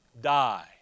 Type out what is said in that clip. die